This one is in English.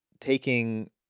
taking